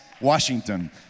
Washington